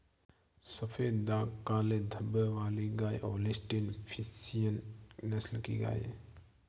सफेद दाग काले धब्बे वाली गाय होल्सटीन फ्रिसियन नस्ल की गाय हैं